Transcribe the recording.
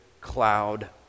cloud